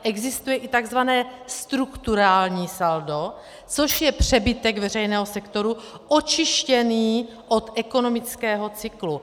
Existuje i takzvané strukturální saldo, což je přebytek veřejného sektoru očištěný od ekonomického cyklu.